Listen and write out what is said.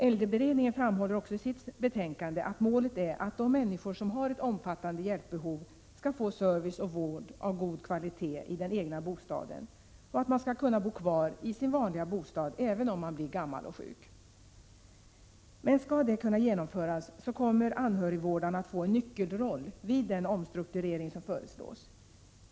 Äldreberedningen framhåller också i sitt betänkande att målet är att de människor som har ett omfattande hjälpbehov skall få service och vård av god kvalitet i den egna bostaden och att man skall kunna bo kvar i sin vanliga bostad, även om man blir gammal och sjuk. Men skall detta kunna genomföras kommer anhörigvårdarna att få en nyckelroll vid den omstrukturering som föreslås.